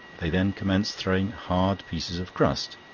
they then commenced throwing hard pieces of crust,